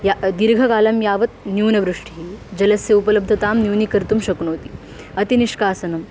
या दीर्घकालं यावत् न्यूनवृष्टिः जलस्य उपलब्धतां न्यूनीकर्तुं शक्नोति अतिनिष्कासनं